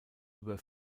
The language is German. über